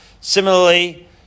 Similarly